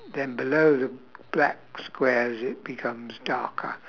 then below the black squares it becomes darker